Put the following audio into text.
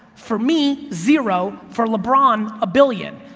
for me, zero, for lebron, a billion.